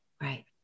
right